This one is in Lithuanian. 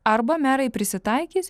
arba merai prisitaikys